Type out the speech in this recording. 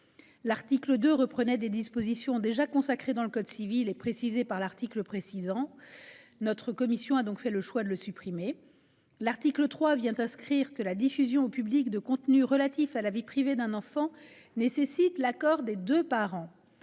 faisant que reprendre des dispositions déjà consacrées dans le code civil et précisées par l'article 1, notre commission a choisi de le supprimer. L'article 3 précise que la diffusion au public de contenus relatifs à la vie privée d'un enfant nécessite l'accord des deux parents,